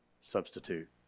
substitute